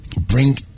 bring